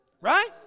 Right